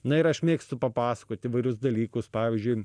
na ir aš mėgstu papasakot įvairius dalykus pavyzdžiui